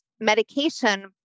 medication